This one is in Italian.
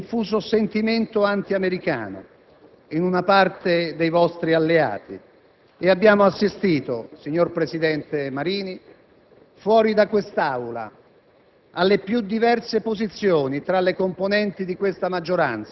Sono combattuti fra un antiamericanismo viscerale e una politica internazionale in linea con l'ONU e con la NATO. Nel frattempo, cari colleghi, signor Ministro,